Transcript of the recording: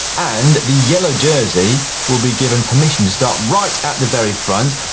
and the yellow jersey will be given permission to start right at the very front.